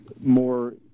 more